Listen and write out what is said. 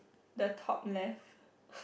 the top left